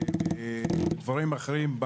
בדברים אחרים,